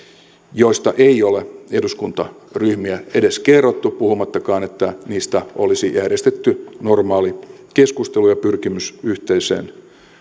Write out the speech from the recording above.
joista ei ole eduskuntaryhmille edes kerrottu puhumattakaan että niistä olisi järjestetty normaali keskustelu ja pyrkimys yhteisen